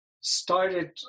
started